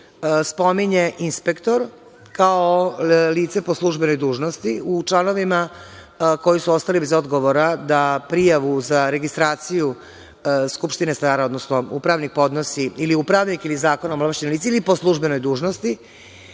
spominje inspektor kao lice po službenoj dužnosti. U članovima koji su ostali bez odgovora da prijavu za registraciju skupštine stanara, odnosno upravnik ili zakonom ovlašćeno lice ili po službenoj dužnosti.